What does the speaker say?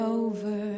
over